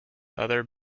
other